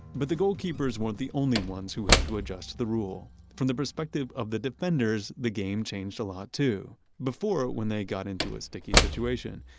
but the goalkeepers weren't the only ones who had to adjust to the rule. from the perspective of the defenders, the game changed a lot too. before, when they got into a sticky situation,